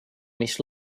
mis